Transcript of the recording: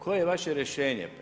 Koje je vaše rješenje?